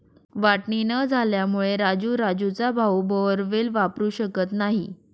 वाटणी न झाल्यामुळे राजू राजूचा भाऊ बोअरवेल वापरू शकत नाही